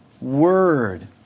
word